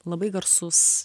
labai garsus